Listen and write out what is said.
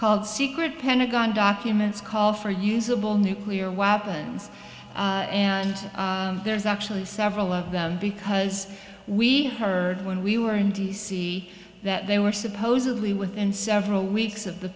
called secret pentagon documents call for usable nuclear weapons and there's actually several of them because we heard when we were in d c that they were supposedly within several weeks of the